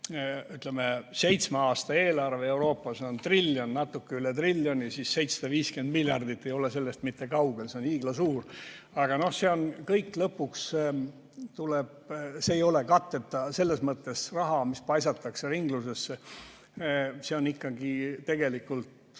ütleme, seitsme aasta eelarve Euroopas on triljon, natuke üle triljoni, siis 750 miljardit ei ole sellest mitte kaugel, see on hiiglasuur summa. Aga see kõik lõpuks tuleb [tagasi maksta]. See ei ole selles mõttes katteta raha, mis paisatakse ringlusesse, see on ikkagi tegelikult